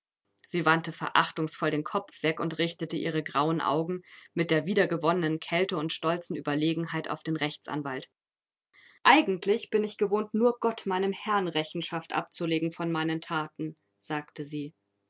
sie wandte verachtungsvoll den kopf weg und richtete ihre grauen augen mit der wiedergewonnenen kälte und stolzen ueberlegenheit auf den rechtsanwalt eigentlich bin ich gewohnt nur gott meinem herrn rechenschaft abzulegen von meinen thaten sagte sie